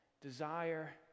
desire